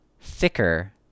thicker